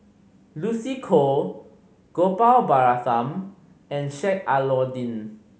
Lucy Koh Gopal Baratham and Sheik Alau'ddin